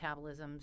metabolisms